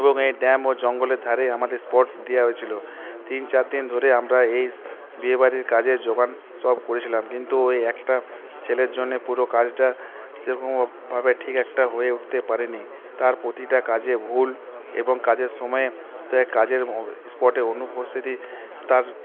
এবং এই ড্যাম ও জঙ্গলের ধারে আমাদের স্পট দেওয়া হয়েছিলো তিন চার দিন ধরে আমরা এই বিয়ে বাড়ির কাজে যোগান সব করেছিলাম কিন্তু ওই একটা ছেলের জন্যে পুরো কাজটা সেরকমভাবে ঠিক একটা হয়ে উঠতে পারেনি তার প্রতিটা কাজে ভুল এবং কাজের সময়ে কাজের ইস্পটে অনুপস্থিতি তার